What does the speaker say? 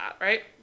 Right